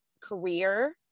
career